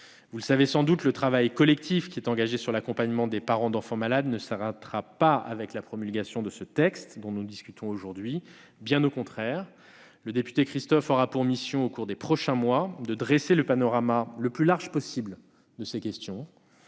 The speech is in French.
Vous le savez sans doute, le travail collectif engagé sur l'accompagnement des parents d'enfants malades ne s'arrêtera pas avec la promulgation du texte dont nous discutons aujourd'hui- bien au contraire ! M. Christophe aura pour mission, au cours des prochains mois, de dresser le panorama le plus large possible de ces questions,